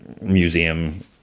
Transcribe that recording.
museum